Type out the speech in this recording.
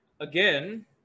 again